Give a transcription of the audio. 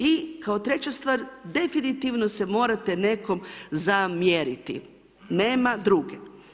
I kao treća stvar, definitivno se morate nekom zamjeriti, nema druge.